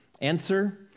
Answer